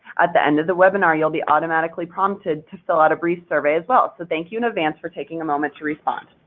at the end of the webinar you'll be automatically prompted to fill out a brief survey as well, so thank you in advance for taking a moment to respond.